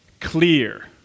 clear